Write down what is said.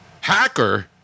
Hacker